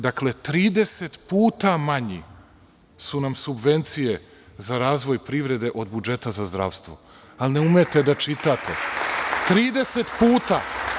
Dakle, 30 puta su nam manje subvencije za razvoj privrede od budžeta za zdravstvo, ali ne umete da čitate, 30 puta.